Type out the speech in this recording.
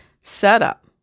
setup